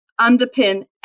underpin